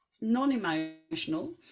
non-emotional